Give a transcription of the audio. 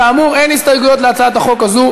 כאמור, אין הסתייגויות להצעת החוק הזאת.